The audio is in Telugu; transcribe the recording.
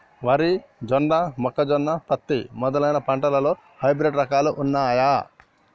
వరి జొన్న మొక్కజొన్న పత్తి మొదలైన పంటలలో హైబ్రిడ్ రకాలు ఉన్నయా?